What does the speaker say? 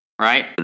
right